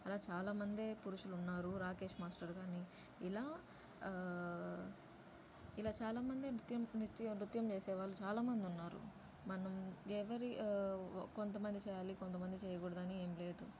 అలా చాలామందే పురుషులు ఉన్నారు రాకేష్ మాస్టరు కానీ ఇలా ఇలా చాలామందే నృత్యం నృత్యం చేసేవాళ్ళు చాలామంది ఉన్నారు మనం ఎవరి కొంతమంది చెయ్యాలి కొంతమంది చెయ్యగూడదని ఏం లేదు